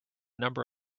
number